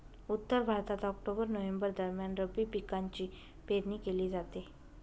उत्तर भारतात October November दरम्यान रब्बी पिकांची पेरणी केली जाते